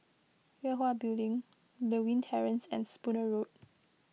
Yue Hwa Building Lewin Terrace and Spooner Road